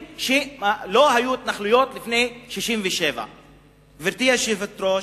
שלא היו התנחלויות לפני 67'. גברתי היושבת-ראש,